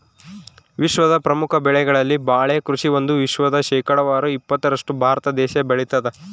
ವಿಶ್ವದ ಪ್ರಮುಖ ಬೆಳೆಗಳಲ್ಲಿ ಬಾಳೆ ಕೃಷಿ ಒಂದು ವಿಶ್ವದ ಶೇಕಡಾವಾರು ಇಪ್ಪತ್ತರಷ್ಟು ಭಾರತ ದೇಶ ಬೆಳತಾದ